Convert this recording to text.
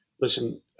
listen